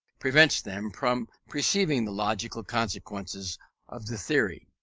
prevents them from perceiving the logical consequences of the theory.